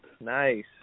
Nice